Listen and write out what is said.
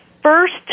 first